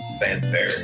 Fanfare